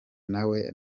nawe